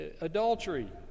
Adultery